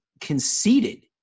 conceded